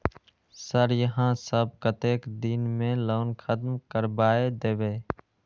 Sir यहाँ सब कतेक दिन में लोन खत्म करबाए देबे?